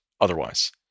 otherwise